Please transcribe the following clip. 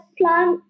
plant